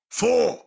four